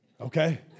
okay